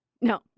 no